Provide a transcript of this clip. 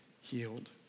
healed